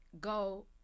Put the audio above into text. go